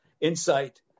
insight